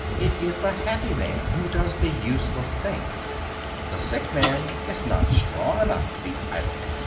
it is the happy man who does the useless things the sick man is not strong enough to be idle.